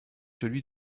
celui